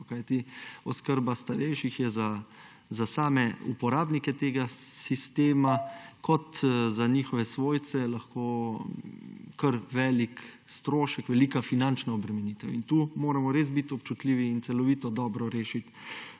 kajti oskrba starejših je za same uporabnike tega sistema kot za njihove svojce lahko kar velik strošek, velika finančna obremenitev in tukaj moramo res biti občutljivi in celovito dobro rešiti